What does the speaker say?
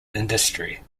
industry